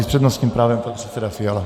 S přednostním právem pan předseda Fiala.